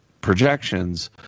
projections